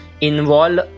involve